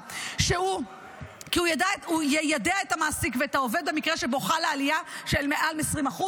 כי הוא יידע את המעסיק ואת העובד במקרה שבו חלה עלייה של מעל 20%,